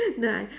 ni~